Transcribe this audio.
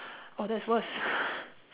oh that's worst